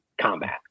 combat